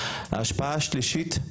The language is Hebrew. ההשפעה השלישית,